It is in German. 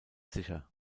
sicher